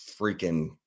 freaking